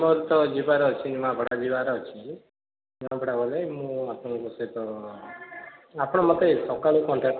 ମୋର ତ ଯିବାର ଅଛି ନିମାପଡ଼ା ଯିବାର ଅଛି ନିମାପଡ଼ା ଗଲେ ମୁଁ ଆପଣଙ୍କ ସହିତ ଆପଣ ମୋତେ ସକାଳୁ କଣ୍ଟାକ୍ଟ୍